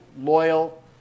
loyal